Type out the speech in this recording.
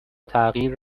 تغییر